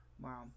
Wow